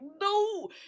no